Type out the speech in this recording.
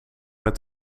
met